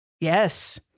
Yes